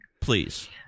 Please